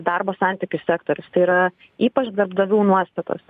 darbo santykių sektorius tai yra ypač darbdavių nuostatose